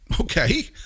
Okay